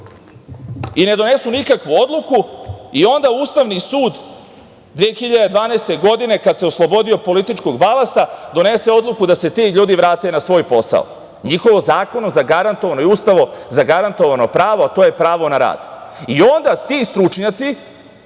i ne donesu nikakvu odluku i onda Ustavni sud 2012. godine kada se oslobodio političkog balasta, donese odluku da se ti ljudi vrate na svoj posao. Njihovo, zakonom zagarantovano i Ustavom, pravo, to je pravo na rad i onda ti stručnjaci